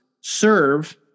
serve